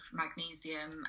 magnesium